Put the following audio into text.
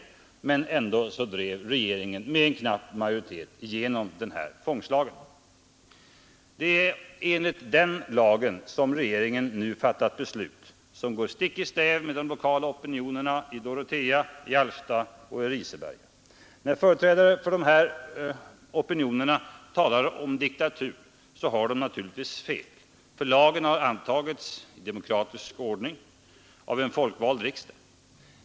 Ändå drev regeringen med knapp majoritet igenom denna tvångslag. Det är enligt den lagen som regeringen nu fattat beslut som går stick i stäv med de lokala opinionerna i Dorotea, i Alfta och i Riseberga. När företrädare för de här opinionerna talar om diktatur har de naturligtvis fel. Lagen har antagits i demokratisk ordning av en folkvald riksdag.